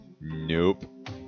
Nope